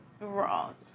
Wrong